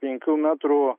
penkių metrų